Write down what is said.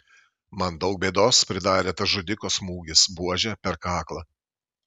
man daug bėdos pridarė tas žudiko smūgis buože per kaklą